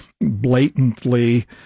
blatantly